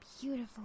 beautiful